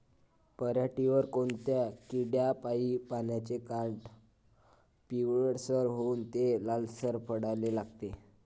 पऱ्हाटीवर कोनत्या किड्यापाई पानाचे काठं पिवळसर होऊन ते लालसर पडाले लागते?